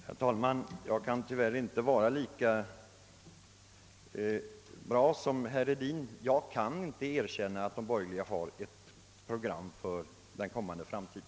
Herr talman! Jag kan tyvärr inte vara lika bra som herr Hedin. Jag kan inte erkänna att de borgerliga partierna har ett program för framtiden.